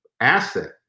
asset